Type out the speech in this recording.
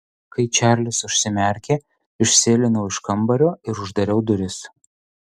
kai čarlis užsimerkė išsėlinau iš kambario ir uždariau duris